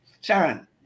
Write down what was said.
Sharon